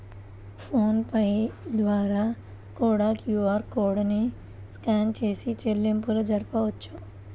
phone pay ద్వారా కూడా QR code ని స్కాన్ చేసి చెల్లింపులు జరపొచ్చు